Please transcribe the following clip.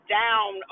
down